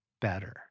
better